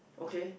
okay